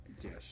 Yes